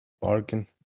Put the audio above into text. Bargain